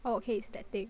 oh okay it's that thing